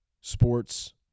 Sports